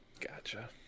Gotcha